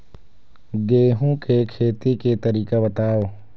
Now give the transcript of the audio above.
गेहूं के खेती के तरीका बताव?